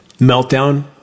meltdown